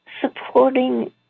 supporting